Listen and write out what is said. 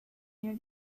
near